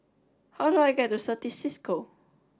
how do I get to Certis Cisco